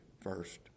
first